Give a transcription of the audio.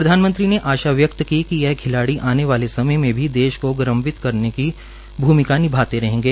प्रधानमंत्री ने आशा व्यक्त की कि खिलाड़ी आने वाले समय में भी देश को गौरन्वित करने करने वाले भूमिका निभाते रहेंगे